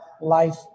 life